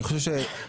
אני חושב שנכון,